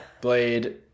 Blade